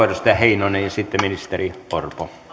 edustaja heinonen ja sitten ministeri orpo